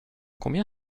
combien